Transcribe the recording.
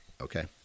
Okay